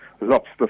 lobster